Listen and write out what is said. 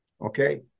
Okay